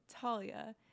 Talia